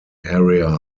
area